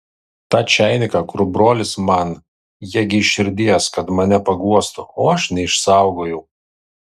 tą čainiką kur brolis man jie gi iš širdies kad mane paguostų o aš neišsaugojau